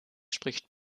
spricht